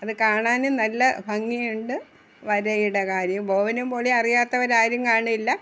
അതു കാണാനും നല്ല ഭംഗിയുണ്ട് വരയുടെ കാര്യം ബോബനും മോളിയും അറിയാത്തവരാരും കാണില്ല